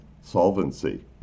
solvency